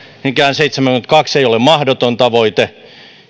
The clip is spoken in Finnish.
mikään seitsemänkymmentäkaksi ei ole mahdoton tavoite